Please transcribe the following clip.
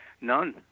None